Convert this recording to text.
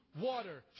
water